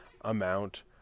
amount